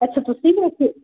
ਅੱਛਾ ਤੁਸੀਂ